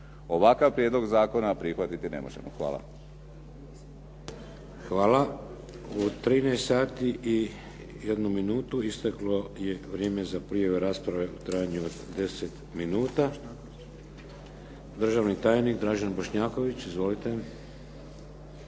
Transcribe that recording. Ovakav prijedlog zakona prihvatiti ne možemo. Hvala. **Šeks, Vladimir (HDZ)** Hvala. U 13 sati i 1 minutu isteklo je vrijeme za prijavu rasprave u trajanju od 10 minuta. Državni tajnik Dražen Bošnjaković. Izvolite.